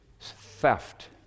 theft